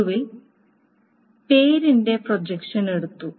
ഒടുവിൽ പേരിന്റെ പ്രൊജക്ഷൻ എടുത്തു